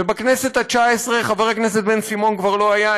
ובכנסת התשע-עשרה חבר הכנסת בן-סימון כבר לא היה,